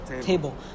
table